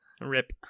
rip